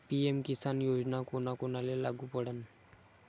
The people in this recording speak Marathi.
पी.एम किसान योजना कोना कोनाले लागू पडन?